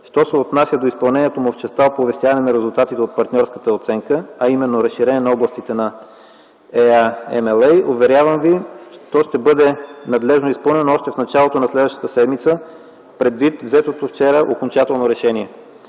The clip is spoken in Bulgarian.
Що се отнася до изпълнението му в частта оповестяване на резултатите от партньорската оценка, а именно разширение на областите на EA MLA - уверявам Ви, то ще бъде надлежно изпълнено още в началото на следващата седмица, предвид взетото вчера окончателно решение.